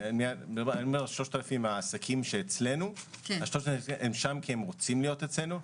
3,000 העסקים שאצלנו הם שם כי הם רוצים להיות אצלנו,